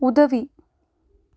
உதவி